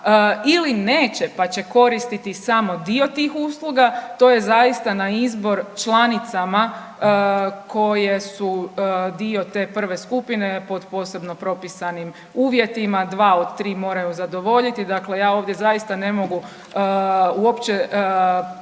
ili neće pa će koristiti samo dio tih usluga, to je zaista na izbor članicama koje su dio te prve skupine pod posebno propisanim uvjetima, dva od tri moraju zadovoljiti. Dakle, ja ovdje zaista ne mogu uopće